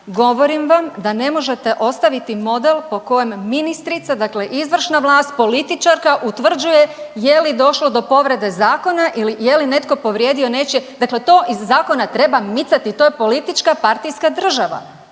govorim vam da ne možete ostaviti model po kojem ministrica dakle izvršna vlast, političarka utvrđuje je li došlo do povrede zakona ili je li netko povrijedio nečije, dakle to iz zakona treba micati to je politička partijska država.